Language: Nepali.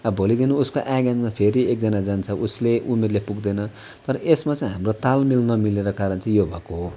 अब भोलिको दिनमा उसको एगेन्स्टमा फेरि एकजना जान्छ उसले उमेरले पुग्दैन तर यसमा चाहिँ हाम्रो लातमेल नमिलेको कारण चाहिँ यो भएको हो